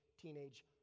teenage